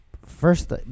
First